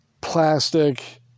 plastic